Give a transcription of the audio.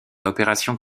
opérations